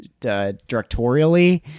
directorially